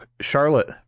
charlotte